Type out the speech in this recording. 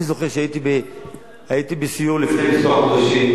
אני זוכר שהייתי בסיור לפני כמה חודשים,